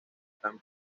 están